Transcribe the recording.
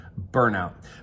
burnout